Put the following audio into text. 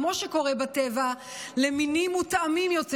כמו שקורה בטבע למינים מותאמים יותר,